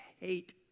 hate